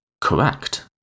correct